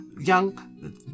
young